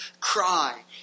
cry